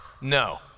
No